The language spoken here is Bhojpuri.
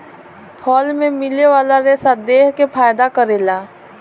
फल मे मिले वाला रेसा देह के फायदा करेला